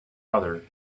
other